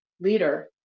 leader